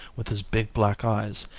with his big black eyes,